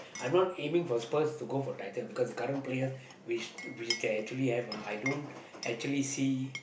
I am not aiming for Spurs to go for title because the current players which which they actually have ah I don't actually see